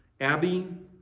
Abby